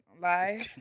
live